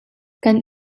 kan